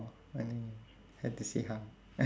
orh oh no have to see how